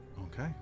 Okay